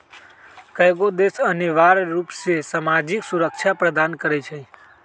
कयगो देश अनिवार्ज रूप से सामाजिक सुरक्षा प्रदान करई छै